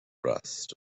rust